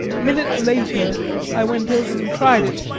a minute later i went over and tried it,